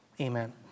amen